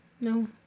No